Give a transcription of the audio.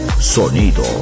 sonido